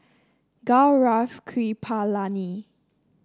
Gaurav Kripalani